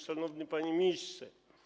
Szanowny Panie Ministrze!